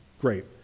Great